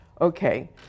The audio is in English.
Okay